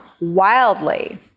wildly